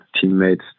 teammates